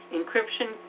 Encryption